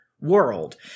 world